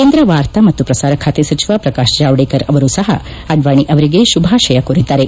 ಕೇಂದ್ರ ವಾರ್ತಾ ಮತ್ತು ಪ್ರಸಾರ ಖಾತೆ ಸಚಿವ ಪ್ರಕಾಶ್ ಜಾವಡೇಕರ್ ಅವರು ಸಹ ಅಡ್ವಾಣಿ ಅವರಿಗೆ ಶುಭಾಶಯ ಕೋರಿದ್ದಾರೆ